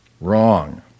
wrong